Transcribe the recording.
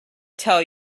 tell